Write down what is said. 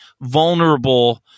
vulnerable